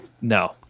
No